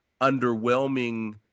underwhelming